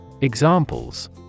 Examples